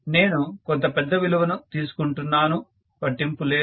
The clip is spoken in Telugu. నేను కొంత పెద్ద విలువను తీసుకుంటున్నాను పట్టింపు లేదు